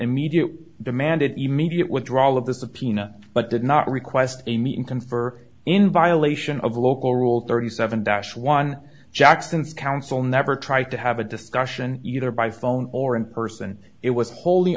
immediate demanded immediate withdrawal of the subpoena but did not request a meeting confer in violation of local rule thirty seven dash one jackson's counsel never tried to have a discussion either by phone or in person it was whol